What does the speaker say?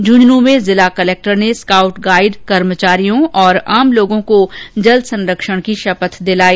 झुंझुनू में आज जिला कलेक्टर ने स्काउट गाइड कर्मचारियों और आमजन को जल संरक्षण की शपथ दिलाई